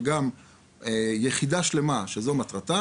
וגם יחידה שלמה שזו מטרתה